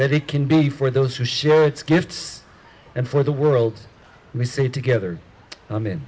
that it can be for those who show its gifts and for the world we see together i mean